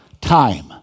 time